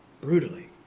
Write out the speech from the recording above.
brutally